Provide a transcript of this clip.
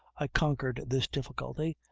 i conquered this difficulty,